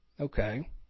Okay